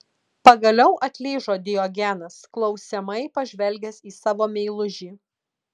pagaliau atlyžo diogenas klausiamai pažvelgęs į savo meilužį